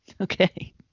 Okay